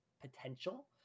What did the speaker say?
potential